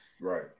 right